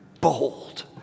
bold